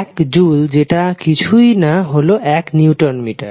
এক জুল যেটা কিছুই না হল এক নিউটন মিটার